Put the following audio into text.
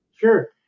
Sure